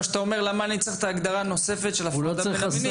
למה אני צריך את ההגדרה הנוספת של הפרדה בין המינים?